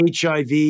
HIV